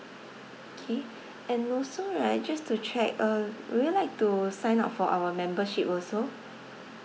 K and also right just to check uh would you like to sign up for our membership also